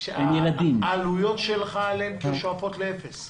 שהעלויות שלך עליהם שואפות לאפס.